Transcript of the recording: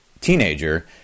teenager